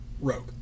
rogue